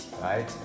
right